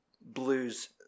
blues